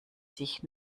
sich